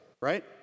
right